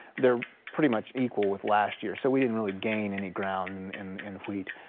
they're pretty much equal with last year. so we didn't really gain any ground in in wheat.